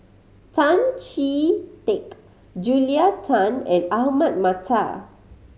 Tan Chee Teck Julia Tan and Ahmad Mattar